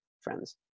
friends